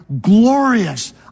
glorious